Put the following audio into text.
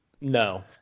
No